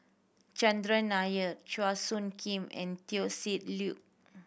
Chandran Nair Chua Soo Khim and Teo Ser Luck